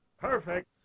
Perfect